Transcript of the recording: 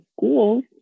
schools